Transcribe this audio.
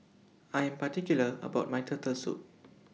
I Am particular about My Turtle Soup